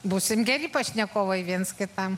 būsim geri pašnekovai viens kitam